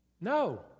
No